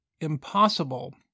impossible